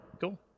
Cool